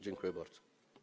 Dziękuję bardzo.